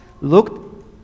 looked